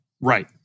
Right